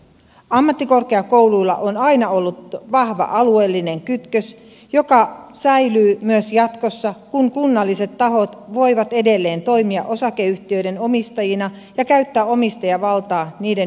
ammattikorkeakouluilla on aina ollut vahva alueellinen kytkös joka säilyy myös jatkossa kun kunnalliset tahot voivat edelleen toimia osakeyhtiöiden omistajina ja käyttää omistajavaltaa niiden yhtiökokouksissa